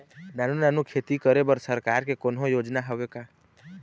नानू नानू खेती करे बर सरकार के कोन्हो योजना हावे का?